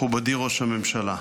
מכובדי ראש הממשלה,